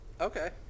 okay